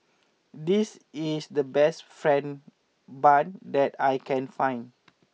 this is the best fried Bun that I can find